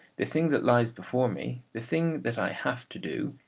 the thing that lies before me, the thing that i have to do,